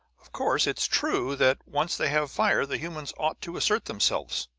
of course it's true that once they have fire, the humans ought to assert themselves.